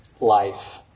life